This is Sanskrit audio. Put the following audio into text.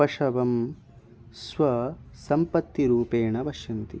पशून् स्वसंपत्तिरूपेण पश्यन्ति